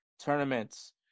tournaments